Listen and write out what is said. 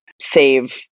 save